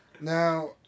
Now